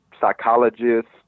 psychologists